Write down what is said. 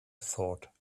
thought